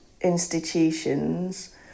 institutions